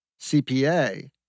cpa